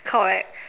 correct